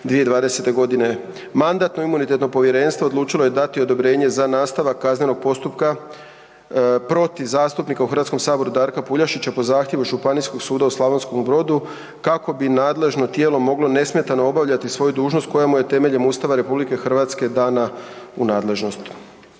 2020. g. Mandatno-imunitetno povjerenstvo odlučilo je dati odobrenje za nastavak kaznenog postupka protiv zastupnika u HS-u Darka Puljašića, po zahtjevu Županijskog suda Slavonskom Brodu kako bi nadležno tijelo moglo nesmetano obavljati svoju dužnost koja mu je temeljem Ustava RH dana u nadležnost.